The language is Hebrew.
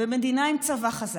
במדינה עם צבא חזק,